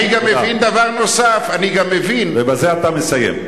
אני גם מבין דבר נוסף, ובזה אתה מסיים.